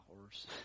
horse